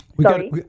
sorry